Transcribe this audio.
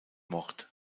mord